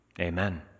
Amen